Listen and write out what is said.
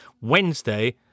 Wednesday